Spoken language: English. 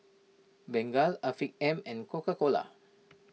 Bengay Afiq M and Coca Cola